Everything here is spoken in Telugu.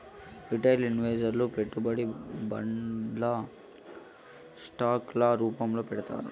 రిటైల్ ఇన్వెస్టర్లు పెట్టుబడిని బాండ్లు స్టాక్ ల రూపాల్లో పెడతారు